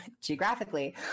geographically